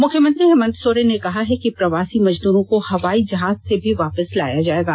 मुख्यमंत्री हेमन्त सोरेन ने कहा है कि प्रवासी मजदूरों को हवाई जहाज से भी वापस लाया जाएगा